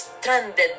stranded